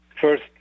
First